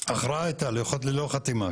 --- ההכרעה הייתה, ללא חתימה.